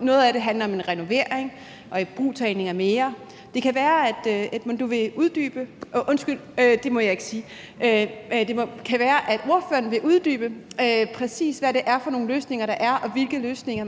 Noget af det handler om en renovering og ibrugtagning af mere. Det kan være, at ordføreren vil uddybe, præcis hvad det er for nogle løsninger, der er, og hvilke løsninger